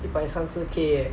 一百三十 K eh